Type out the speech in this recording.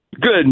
Good